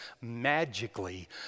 magically